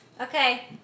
okay